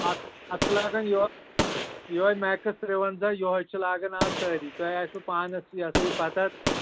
اَتھ اَصٕل ہَہ گٔیے یہوے یہوے میکٕس تِرٛوَنٛزاہ یہوے چھِ لَگَان آز سٲری تۄہہِ آسِوٕ پانَس یہِ ہَسا یہِ پَتہ